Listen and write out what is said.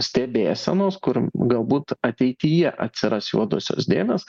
stebėsenos kur galbūt ateityje atsiras juodosios dėmės